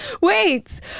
Wait